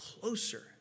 closer